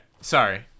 Sorry